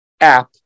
app